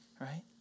Right